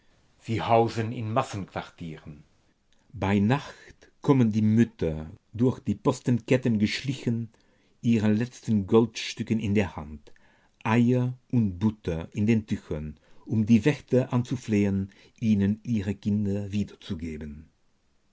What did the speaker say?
sie hausen in massenquartieren bei nacht kommen die mütter durch die postenketten geschlichen ihre letzten goldstücke in der hand eier und butter in den tüchern um die wächter anzuflehen ihnen ihre kinder wiederzugeben